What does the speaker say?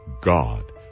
God